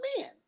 men